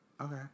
Okay